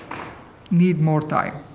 need more time.